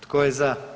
Tko je za?